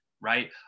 right